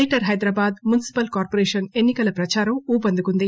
greater Hyderabad municipal corporation ఎన్ని కల ప్రచారం ఊపందుకుంది